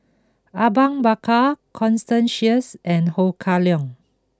Awang Bakar Constance Sheares and Ho Kah Leong